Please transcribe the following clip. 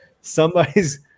somebody's